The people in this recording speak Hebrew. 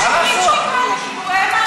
"שוברים שתיקה" מה לעשות שהם, מה לעשות.